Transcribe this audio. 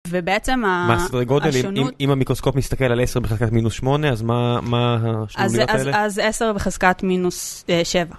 ובעצם השונות, אם המיקרוסקופ מסתכל על 10 בחזקת מינוס 8, אז מה השונות האלה? אז 10 בחזקת מינוס 7.